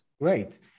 great